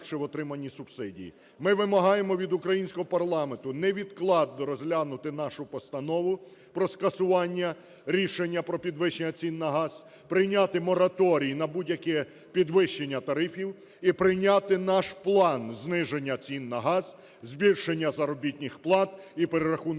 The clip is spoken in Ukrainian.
Ми вимагаємо від українського парламенту невідкладно розглянути нашу постанову про скасування рішення про підвищення цін на газ. Прийняти мораторій на будь-яке підвищення тарифів. І прийняти наш план зниження цін на газ, збільшення заробітних плат і перерахунку пенсій.